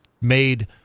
made